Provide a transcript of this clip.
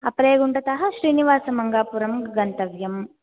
अपलयगुण्टतः श्रीनिवासमङ्गापुरं गन्तव्यं